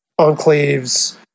enclaves